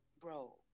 bro